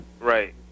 Right